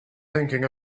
thinking